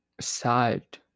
side